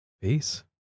Peace